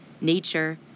nature